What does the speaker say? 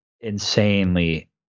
insanely